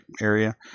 area